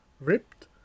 ripped